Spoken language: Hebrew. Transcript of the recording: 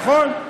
נכון?